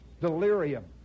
delirium